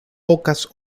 pocas